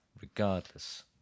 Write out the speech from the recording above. Regardless